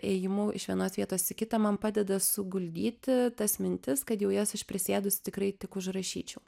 ėjimu iš vienos vietos į kitą man padeda suguldyti tas mintis kad jau jas aš prisėdus tikrai tik užrašyčiau